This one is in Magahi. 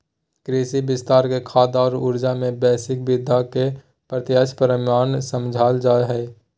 कृषि विस्तार के खाद्य और ऊर्जा, में वैश्विक वृद्धि के प्रत्यक्ष परिणाम समझाल जा हइ